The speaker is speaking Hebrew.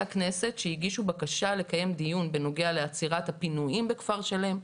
הכנסת שהגישו בקשה לקיים דיון בנוגע לעצירת הפינויים בכפר שלם,